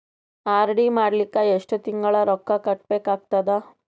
RD ಮಾಡಲಿಕ್ಕ ಎಷ್ಟು ತಿಂಗಳ ರೊಕ್ಕ ಕಟ್ಟಬೇಕಾಗತದ?